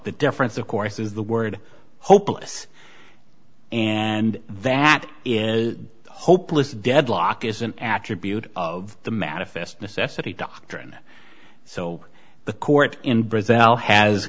the difference of course is the word hopeless and that in a hopeless deadlock is an attribute of the manifest necessity doctrine so the court in brazil has